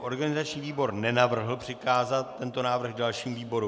Organizační výbor nenavrhl přikázat tento návrh dalším výborům.